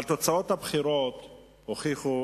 אבל תוצאות הבחירות הוכיחו,